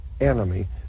enemy